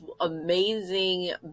amazing